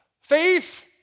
Faith